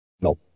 no